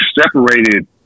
separated